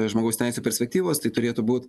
žmogaus teisių perspektyvos tai turėtų būt